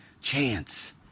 chance